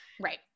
Right